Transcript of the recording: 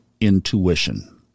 intuition